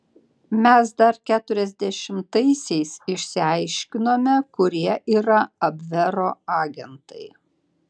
mes dar keturiasdešimtaisiais išsiaiškinome kurie yra abvero agentai